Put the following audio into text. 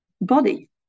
body